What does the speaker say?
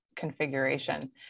configuration